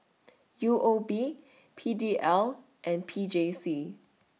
U O B P D L and P J C